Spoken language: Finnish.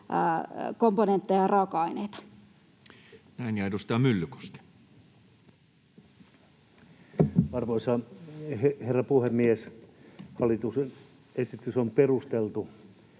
komponentteja ja raaka-aineita. Näin. — Ja edustaja Myllykoski. Arvoisa herra puhemies! Hallituksen esitys on perusteltu,